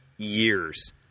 years